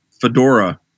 fedora